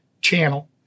channel